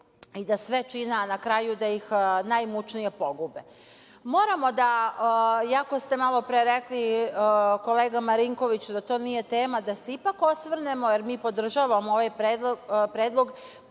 i da sve čine, a na kraju da ih najmučnije pogube. Iako ste malo pre rekli, kolega Marinković da to nije tema, da se ipak osvrnemo, jer mi podržavamo ovaj predlog